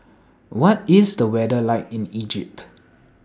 What IS The weather like in Egypt